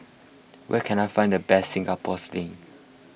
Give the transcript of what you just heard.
where can I find the best Singapore Sling